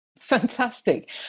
Fantastic